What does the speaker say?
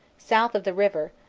south of the river,